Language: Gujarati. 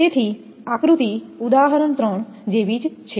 તેથી આકૃતિ ઉદાહરણ ત્રણ જેવી જ છે